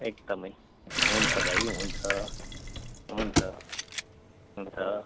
एकदमै हुन्छ भाइ हुन्छ हुन्छ हुन्छ